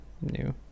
new